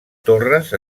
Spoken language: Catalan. torres